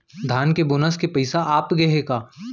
धान के बोनस के पइसा आप गे हे का?